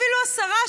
אפילו השרה,